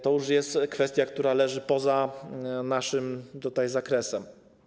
To już jest kwestia, która leży poza naszym zakresem.